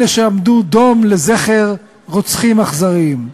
אלה שעמדו דום לזכר רוצחים אכזריים.